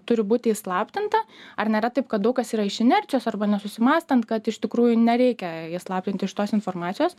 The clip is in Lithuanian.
turi būti įslaptinta ar nėra taip kad daug kas yra iš inercijos arba nesusimąstant kad iš tikrųjų nereikia įslaptinti šitos informacijos